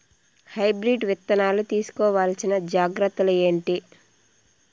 Hybrid విత్తనాలు తీసుకోవాల్సిన జాగ్రత్తలు ఏంటి?